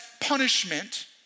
punishment